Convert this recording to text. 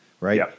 right